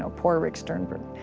ah poor rick sternberg.